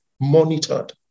monitored